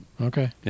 Okay